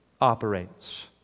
operates